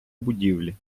будівлі